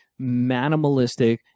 minimalistic